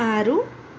ಆರು